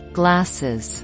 glasses